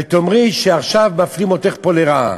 ותאמרי שעכשיו מפלים אותך פה לרעה.